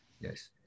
Yes